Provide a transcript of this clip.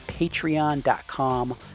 Patreon.com